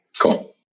Cool